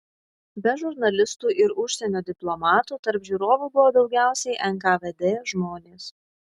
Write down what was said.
be žurnalistų ir užsienio diplomatų tarp žiūrovų buvo daugiausiai nkvd žmonės